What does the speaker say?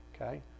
Okay